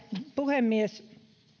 puhemies